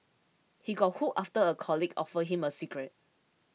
he got hooked after a colleague offered him a cigarette